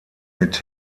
mit